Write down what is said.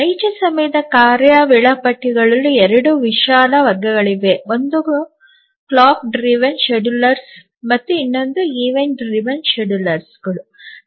ನೈಜ ಸಮಯದ ಕಾರ್ಯ ವೇಳಾಪಟ್ಟಿಗಳ ಎರಡು ವಿಶಾಲ ವರ್ಗಗಳಿವೆ ಒಂದು ಗಡಿಯಾರ ಚಾಲಿತ ವೇಳಾಪಟ್ಟಿಗಳು ಮತ್ತು ಇನ್ನೊಂದು ಈವೆಂಟ್ ಚಾಲಿತ ವೇಳಾಪಟ್ಟಿಗಳು